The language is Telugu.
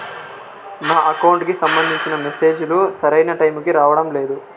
నా అకౌంట్ కి సంబంధించిన మెసేజ్ లు సరైన టైముకి రావడం లేదు